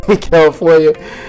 California